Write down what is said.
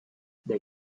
they